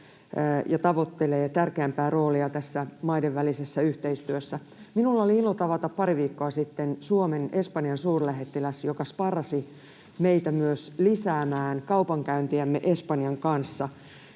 tavoittelee tärkeämpää roolia tässä maiden välisessä yhteistyössä. Minulla oli ilo tavata pari viikkoa sitten Suomen Espanjan-suurlähettiläs, joka sparrasi meitä myös lisäämään kaupankäyntiämme Espanjan kanssa.